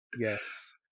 yes